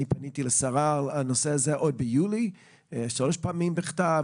אני פניתי לשרה על הנושא הזה עוד ביולי שלוש פעמים בכתב,